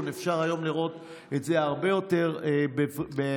אפשר לראות את זה היום הרבה יותר בבירור.